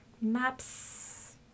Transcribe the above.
Maps